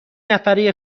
نفره